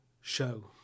show